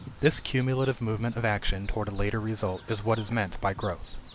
this cumulative movement of action toward a later result is what is meant by growth.